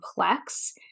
complex